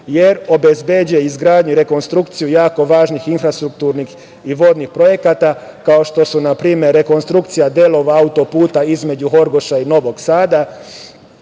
jer obezbeđuje izgradnju i rekonstrukciju jako važnih infrastrukturnih i vodnih projekata kao što su, na primer, rekonstrukcija delova auto-puta između Horgoša i Novog Sada